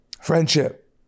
Friendship